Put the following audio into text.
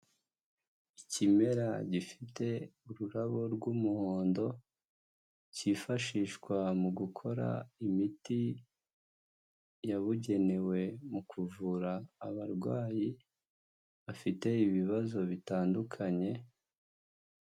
Ikimera gifite ururabo rw'umuhondo, cyifashishwa mu gukora imiti yabugenewe mu kuvura abarwayi bafite ibibazo bitandukanye.